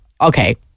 okay